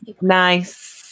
Nice